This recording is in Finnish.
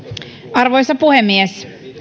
arvoisa puhemies